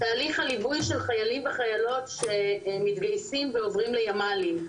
תהליך הליווי של חיילים וחיילות שמתגייסים ועוברים ימ"לים,